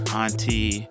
auntie